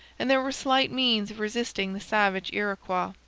and there were slight means of resisting the savage iroquois.